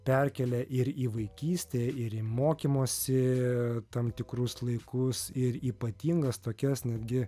perkelia ir į vaikystę ir į mokymosi tam tikrus laikus ir ypatingas tokias netgi